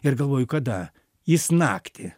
ir galvoju kada jis naktį